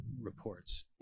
reports